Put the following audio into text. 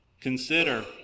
Consider